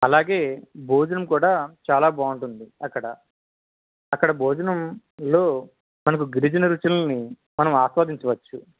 అలాగే భోజనం కూడా చాలా బాగుంటుంది అక్కడ అక్కడ భోజనంలో మనం గిరిజన రుచులని మనం ఆస్వాదించవచ్చు